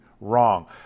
wrong